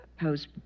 post